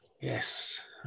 Yes